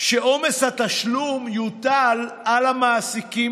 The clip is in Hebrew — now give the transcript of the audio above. שעומס התשלום יוטל על המעסיקים,